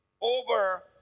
Over